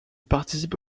participe